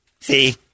See